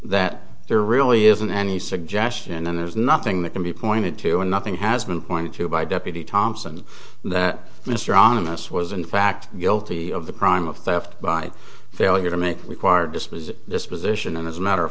that there really isn't any suggestion and there's nothing that can be pointed to and nothing has been pointed to by deputy thompson that mr animists was in fact guilty of the crime of theft by failure to make required disposition disposition and as a matter of